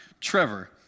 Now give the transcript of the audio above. Trevor